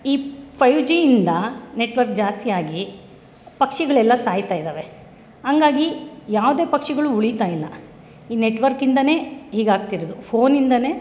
ಈ ಫೈವ್ ಜಿಯಿಂದ ನೆಟ್ವರ್ಕ್ ಜಾಸ್ತಿಯಾಗಿ ಪಕ್ಷಿಗಳೆಲ್ಲ ಸಾಯ್ತಾಯಿದ್ದಾವೆ ಹಂಗಾಗಿ ಯಾವುದೇ ಪಕ್ಷಿಗಳು ಉಳಿತಾಯಿಲ್ಲ ಈ ನೆಟ್ವರ್ಕ್ ಇಂದಲೇ ಹೀಗಾಗ್ತಿರೋದು ಫೋನಿಂದಲೇ